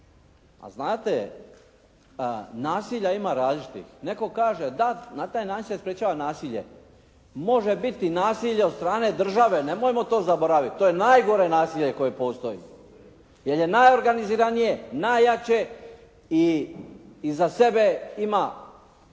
a znate, nasilja ima različitih. Netko kaže, da na taj način sprječava nasilje. Može biti nasilje od strane države, nemojmo to zaboraviti, to je najgore nasilje koje postoji jer je najorganiziranije, najjače i iza sebe ima